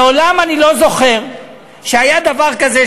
מעולם אני לא זוכר שהיה דבר כזה,